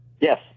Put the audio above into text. Yes